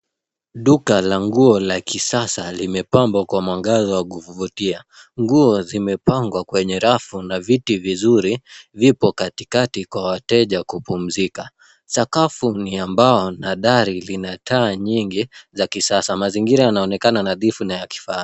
Duka la nguo la kisasa limepambwa kwa mwangaza wa kuvutia. Nguo zimepangwa kwenye rafu na viti vizuri vipo katikati kwa wateja kupumzika. Sakafu ni ya mbao na dari linataa nyingi za kisasa. Mazingira yanaonekana nadhifu na ya kifaa.